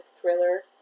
thriller